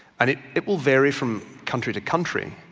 and it it will vary from country to country,